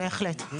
בהחלט.